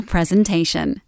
Presentation